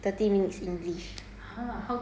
one one